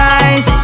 eyes